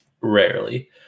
Rarely